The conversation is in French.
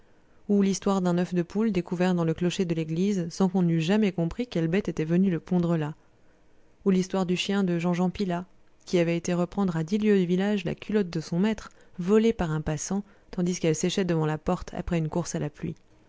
ou l'histoire d'un oeuf de poule découvert dans le clocher de l'église sans qu'on eût jamais compris quelle bête était venue le pondre là ou l'histoire du chien de jean jean pilas qui avait été reprendre à dix lieues du village la culotte de son maître volée par un passant tandis qu'elle séchait devant la porte après une course à la pluie